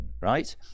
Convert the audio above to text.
right